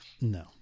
No